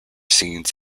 scenes